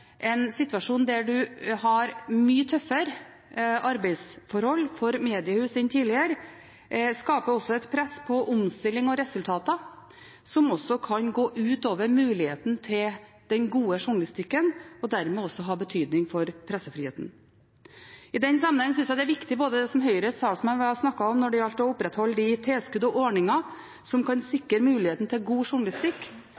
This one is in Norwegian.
en situasjon der det er mye tøffere arbeidsforhold for mediehus enn tidligere, skaper et press på omstilling og resultater som også kan gå ut over muligheten til den gode journalistikken, og dermed også ha betydning for pressefriheten. I den sammenheng synes jeg det er viktig både det som Høyres talsmann snakket om når det gjelder å opprettholde tilskudd og ordninger som kan bidra til å sikre muligheten til god journalistikk,